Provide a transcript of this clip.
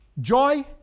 Joy